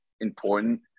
important